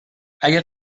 اگه